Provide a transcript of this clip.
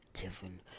given